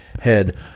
Head